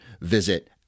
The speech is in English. visit